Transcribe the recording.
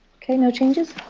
ok. no changes.